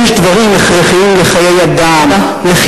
יש דברים הכרחיים לחיי אדם, תודה.